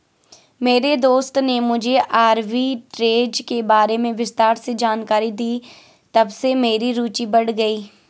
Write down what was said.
मेरे दोस्त ने मुझे आरबी ट्रेज़ के बारे में विस्तार से जानकारी दी तबसे मेरी रूचि बढ़ गयी